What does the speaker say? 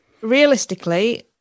realistically